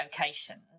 locations